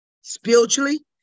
Spiritually